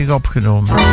opgenomen